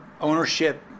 ownership